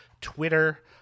Twitter